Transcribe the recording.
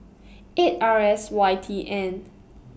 eight R S Y T N